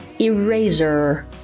Eraser